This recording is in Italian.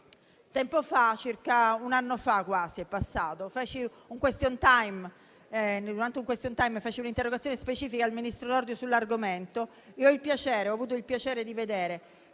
un anno fa, durante un *question time* presentai un'interrogazione specifica al ministro Nordio sull'argomento e ho avuto il piacere di vedere